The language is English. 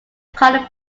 coloured